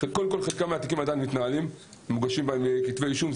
חלק מהתיקים עדיין מתנהלים ומוגשים בהם כתבי אישום.